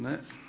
Ne.